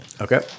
Okay